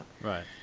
Right